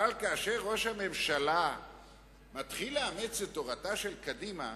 אבל כאשר ראש הממשלה מתחיל לאמץ את תורתה של קדימה,